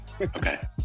Okay